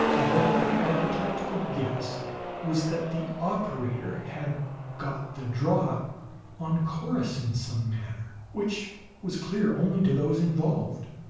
all that the architect could guess was that the operator had got the drop on corrus in some manner which was clear only to those involved.